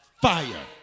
Fire